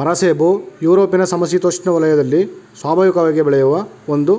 ಮರಸೇಬು ಯುರೊಪಿನ ಸಮಶಿತೋಷ್ಣ ವಲಯದಲ್ಲಿ ಸ್ವಾಭಾವಿಕವಾಗಿ ಬೆಳೆಯುವ ಒಂದು